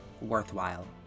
worthwhile